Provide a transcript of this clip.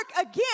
again